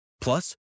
Plus